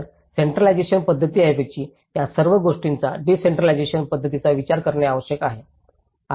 तर सेंट्रलाजेशन पध्दतीऐवजी या सर्व गोष्टींचा डिसेंट्रलाजेशन पध्दतींचा विचार करणे आवश्यक आहे